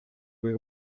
kui